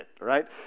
Right